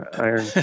iron